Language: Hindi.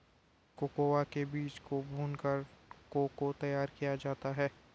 कोकोआ के बीज को भूनकर को को तैयार किया जाता है